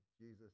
Jesus